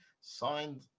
signed